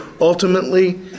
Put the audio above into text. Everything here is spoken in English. ultimately